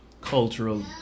cultural